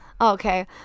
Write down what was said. Okay